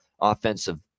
offensive